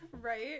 Right